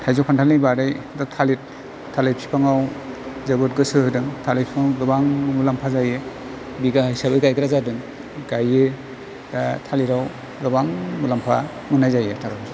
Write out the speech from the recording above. थाइजौ खान्थालनि बादै दा थालिर थालिर बिफाङाव जोबोद गोसो होदों थालिर बिफाङाव गोबां मुलाम्फा जायो बिगा हिसाबै गायग्रा जादों गायो थालिराव गोबां मुलाम्फा मोननाय जायो